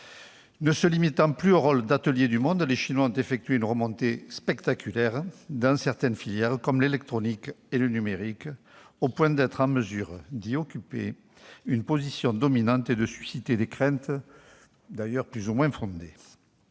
Ne se limitant plus au rôle d'atelier du monde, la Chine a effectué une remontée spectaculaire dans certaines filières comme l'électronique et le numérique, au point d'être en mesure d'y occuper une position dominante et de susciter des craintes plus ou moins fondées.